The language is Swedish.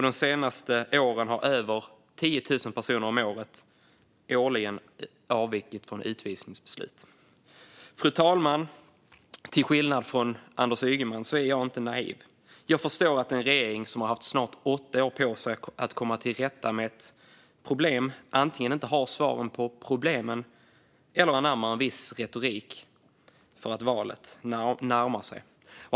De senaste åren har över 10 000 personer om året avvikit från utvisningsbeslut. Fru talman! Till skillnad från Anders Ygeman är jag inte naiv. Jag förstår att regeringen, som haft snart åtta år på sig att komma till rätta med problemen, antingen inte har svaren på dem eller anammar en viss retorik för att valet närmar sig.